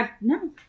No